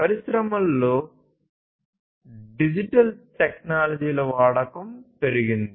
పరిశ్రమలో డిజిటల్ టెక్నాలజీల వాడకం పెరిగింది